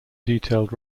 detailed